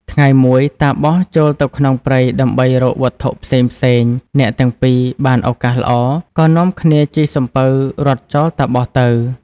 ថ្ងៃមួយ តាបសចូលទៅក្នុងព្រៃដើម្បីរកវត្ថុផ្សេងៗ អ្នកទាំងពីរបានឱកាសល្អ ក៏នាំគ្នាជិះសំពៅរត់ចោល តាបសទៅ ។